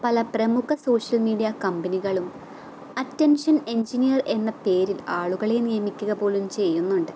പല പ്രമുഖ social media കമ്പനികളും അറ്റെൻഷൻ എൻജിനിയർ എന്ന പേരിൽ ആളുകളെ നിയമിക്കുക പോലും ചെയ്യുന്നുണ്ട്